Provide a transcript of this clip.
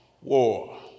war